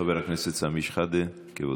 חבר הכנסת סמי אבו שחאדה, כבודו.